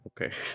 okay